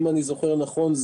ואם אני זוכר נכון,